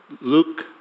Luke